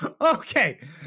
Okay